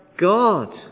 God